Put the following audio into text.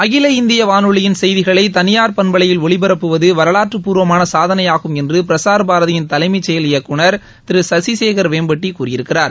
அகில இந்திய வானொலியின் செய்திகளை தனியார் பண்பலையில் ஒலிபரப்புவது வரலாற்றுப் பூர்வமான சாதனையாகும் என்று பிரஸார் பாரதியின் தலைமை செயல் இயக்குநர் திரு சசிசேகர் வேம்பட்டி கூறியிருக்கிறார்